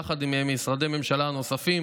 יחד עם משרדי ממשלה נוספים.